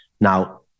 Now